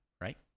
right